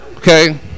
Okay